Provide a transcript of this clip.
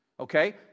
Okay